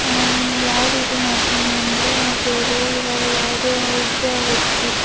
ಯಾವ ರೀತಿ ಮಾಡ್ತೀನಿ ಅಂದ್ರೆ ಸೇವೆ ಇವಾಗ ಯಾವುದೇ ಒಬ್ಬ ವ್ಯಕ್ತಿ